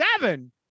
Seven